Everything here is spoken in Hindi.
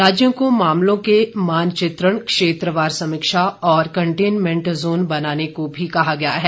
राज्यों को मामलों के मानचित्रण क्षेत्रवार समीक्षा और कंटेनमेंट जोन बनाने को भी कहा गया है